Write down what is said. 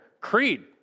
creed